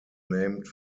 named